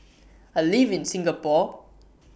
I live in Singapore